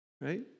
Right